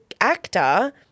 actor –